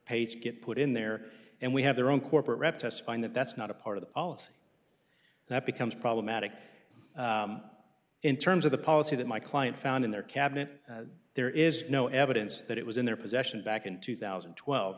page get put in there and we have their own corporate rep testifying that that's not a part of the policy that becomes problematic in terms of the policy that my client found in their cabinet there is no evidence that it was in their possession back in two thousand and twelve